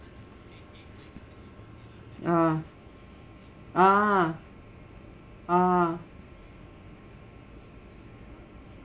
ah ah ah